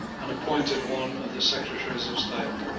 and appointed one of the secretaries of state.